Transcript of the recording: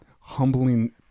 humbling